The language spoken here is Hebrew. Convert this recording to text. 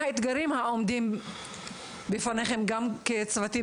מה האתגרים העומדים בפניכם גם כצוותים